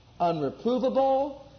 unreprovable